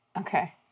Okay